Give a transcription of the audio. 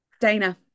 dana